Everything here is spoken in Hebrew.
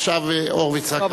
עכשיו הורוביץ רק,